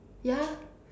ya